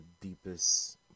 deepest